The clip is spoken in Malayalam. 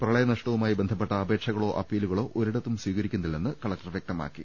പ്രളയനഷ്ടവുമായി ബന്ധപ്പെട്ട അപേക്ഷകളോ അപ്പീലു കളോ ഒരിടത്തും സ്വീകരിക്കുന്നില്ലെന്ന് കലക്ടർ വൃക്തമാക്കി